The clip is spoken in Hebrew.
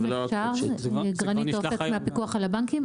אם אפשר, אני גרניט אופק, מהפיקוח על הבנקים.